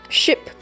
ship